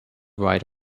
ride